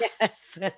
Yes